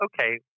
okay